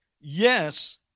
Yes